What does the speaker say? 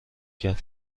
کرد